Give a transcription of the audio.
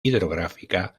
hidrográfica